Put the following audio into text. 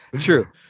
True